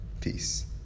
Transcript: peace